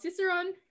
Ciceron